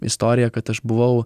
istoriją kad aš buvau